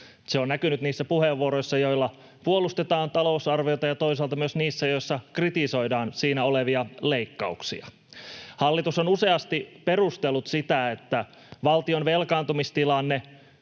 Se on näkynyt niissä puheenvuoroissa, joissa puolustetaan talousarviota, ja toisaalta myös niissä, joissa kritisoidaan siinä olevia leikkauksia. Hallitus on useasti perustellut, että valtion velkaantumistilanne,